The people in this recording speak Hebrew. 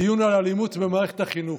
דיון על אלימות במערכת החינוך.